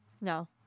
No